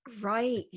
Right